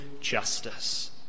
justice